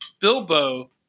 Bilbo